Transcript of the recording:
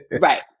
Right